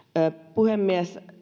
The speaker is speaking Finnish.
puhemies